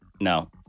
no